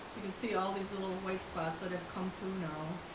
you can see all these little white spots that have come through now